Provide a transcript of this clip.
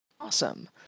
Awesome